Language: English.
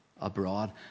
abroad